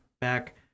back